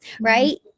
right